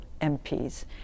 MPs